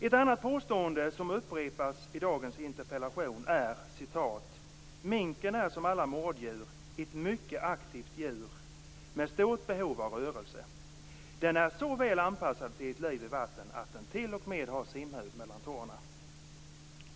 Ett annat påstående som upprepas i dagens interpellation är: Minken är som alla mårddjur ett mycket aktivt djur med stort behov av rörelse. Den är så väl anpassad till ett liv i vatten att den t.o.m. har simhud mellan tårna.